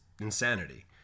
insanity